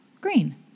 green